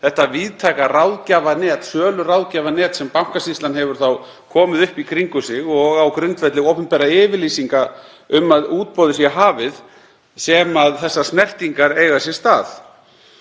þetta víðtæka ráðgjafanet, söluráðgjafanet sem Bankasýslan hefur komið upp í kringum sig og það er á grundvelli opinberra yfirlýsinga um að útboðið sé hafið sem þessar snertingar eiga sér stað.